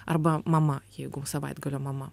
arba mama jeigu savaitgalio mama